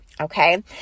Okay